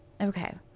okay